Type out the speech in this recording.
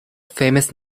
famous